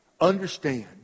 Understand